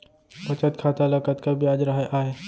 बचत खाता ल कतका ब्याज राहय आय?